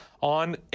on